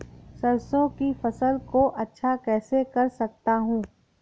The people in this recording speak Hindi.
सरसो की फसल को अच्छा कैसे कर सकता हूँ?